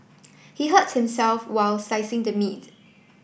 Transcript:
he hurt himself while slicing the meat